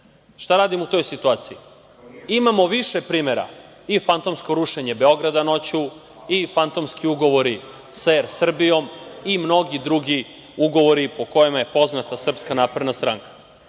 Šta radimo u toj situaciji? Imamo više primera, i fantomsko rušenje Beograda noću, i fantomski ugovori sa „Er Srbijom“, i mnogi drugi ugovori po kojima je poznata SNS.Ovaj zakon